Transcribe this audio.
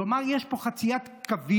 כלומר יש פה חציית קווים,